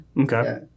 Okay